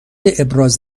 ابراز